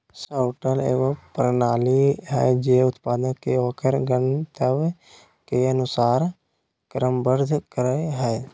sorter एगो प्रणाली हइ जे उत्पाद के ओकर गंतव्य के अनुसार क्रमबद्ध करय हइ